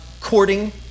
courting